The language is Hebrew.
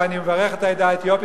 ואני מברך את העדה האתיופית.